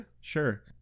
Sure